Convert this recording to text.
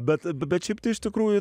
bet bet šiaip iš tikrųjų